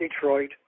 Detroit